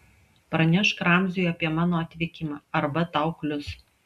pranešk ramziui apie mano atvykimą arba tau klius